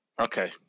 Okay